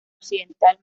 occidental